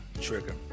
Trigger